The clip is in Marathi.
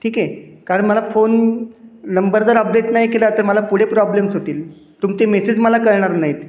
ठीक आहे कारण मला फोन नंबर जर अपडेट नाही केला तर मला पुढे प्रॉब्लेम्स होतील तुमचे मेसेज मला कळणार नाहीत